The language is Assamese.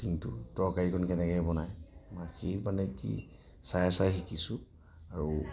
কুকিংটো তৰকাৰীকণ কেনেকে বনায় মায়ে সেই মানে কি চাই চাই শিকিছোঁ আৰু